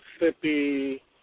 Mississippi